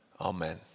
amen